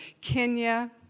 Kenya